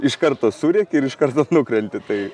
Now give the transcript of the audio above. iš karto surėki ir iš karto nukrenti tai